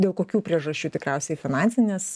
dėl kokių priežasčių tikriausiai finansinės